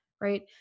Right